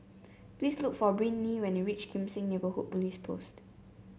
please look for Brynlee when you reach Kim Seng Neighbourhood Police Post